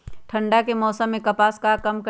ठंडा के समय मे कपास का काम करेला?